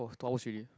oh two hours already